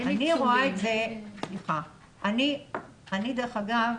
דרך אגב,